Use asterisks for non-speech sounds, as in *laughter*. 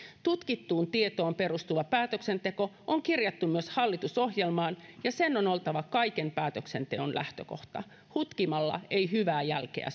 tutkittuun tietoon perustuva päätöksenteko on kirjattu myös hallitusohjelmaan ja sen on oltava kaiken päätöksenteon lähtökohta hutkimalla ei hyvää jälkeä *unintelligible*